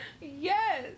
Yes